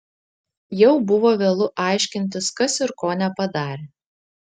jau buvo vėlu aiškintis kas ir ko nepadarė